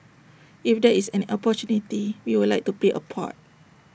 if there is an opportunity we would like to play A part